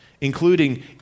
including